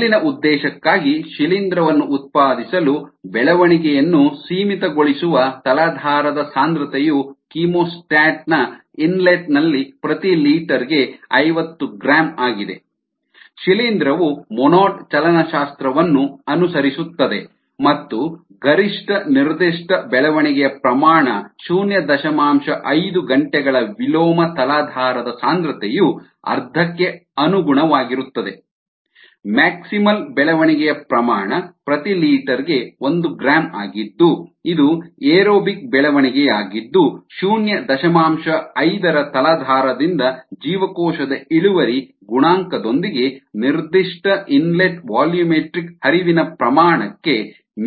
ಮೇಲಿನ ಉದ್ದೇಶಕ್ಕಾಗಿ ಶಿಲೀಂಧ್ರವನ್ನು ಉತ್ಪಾದಿಸಲು ಬೆಳವಣಿಗೆಯನ್ನು ಸೀಮಿತಗೊಳಿಸುವ ತಲಾಧಾರದ ಸಾಂದ್ರತೆಯು ಕೀಮೋಸ್ಟಾಟ್ನ ಇನ್ಲೆಟ್ ನಲ್ಲಿ ಪ್ರತಿ ಲೀಟರ್ಗೆ ಐವತ್ತು ಗ್ರಾಂ ಆಗಿದೆ ಶಿಲೀಂಧ್ರವು ಮೊನೊಡ್ ಚಲನಶಾಸ್ತ್ರವನ್ನು ಅನುಸರಿಸುತ್ತದೆ ಮತ್ತು ಗರಿಷ್ಠ ನಿರ್ದಿಷ್ಟ ಬೆಳವಣಿಗೆಯ ಪ್ರಮಾಣ ಶೂನ್ಯ ದಶಮಾಂಶ ಐದು ಗಂಟೆಗಳ ವಿಲೋಮ ತಲಾಧಾರದ ಸಾಂದ್ರತೆಯು ಅರ್ಧಕ್ಕೆ ಅನುಗುಣವಾಗಿರುತ್ತದೆ ಮಾಕ್ಸಿಮಲ್ ಬೆಳವಣಿಗೆಯ ಪ್ರಮಾಣ ಪ್ರತಿ ಲೀಟರ್ ಗೆ ಒಂದು ಗ್ರಾಂ ಆಗಿದ್ದು ಇದು ಏರೋಬಿಕ್ ಬೆಳವಣಿಗೆಯಾಗಿದ್ದು ಶೂನ್ಯ ದಶಮಾಂಶ ಐದರ ತಲಾಧಾರದಿಂದ ಜೀವಕೋಶದ ಇಳುವರಿ ಗುಣಾಂಕದೊಂದಿಗೆ ನಿರ್ದಿಷ್ಟ ಇನ್ಲೆಟ್ ವಾಲ್ಯೂಮೆಟ್ರಿಕ್ ಹರಿವಿನ ಪ್ರಮಾಣಕ್ಕೆ